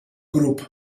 grup